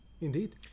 indeed